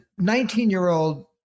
19-year-old